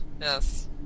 yes